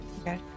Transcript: Okay